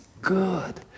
good